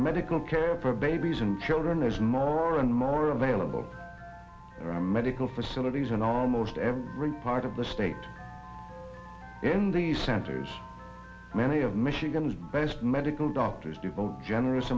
medical care for babies and children there's more and more available medical facilities in almost every part of the state and the centers many of michigan's best medical doctors devote generous